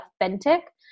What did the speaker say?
authentic